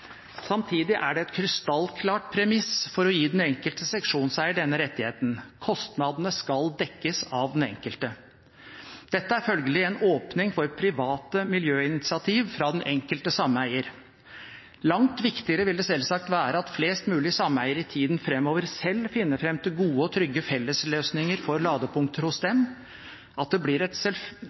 Samtidig er det et krystallklart premiss for å gi den enkelte seksjonseier denne rettigheten at kostnadene skal dekkes av den enkelte. Dette er følgelig en åpning for private miljøinitiativ fra den enkelte sameier. Langt viktigere vil det selvsagt være at flest mulig sameier i tiden framover selv finner fram til gode og trygge fellesløsninger for ladepunkter hos dem, at det blir